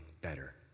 better